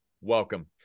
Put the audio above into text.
welcome